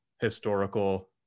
historical